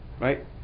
right